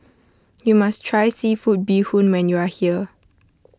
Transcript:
you must try Seafood Bee Hoon when you are here